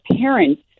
parents